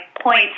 points